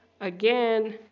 again